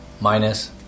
Minus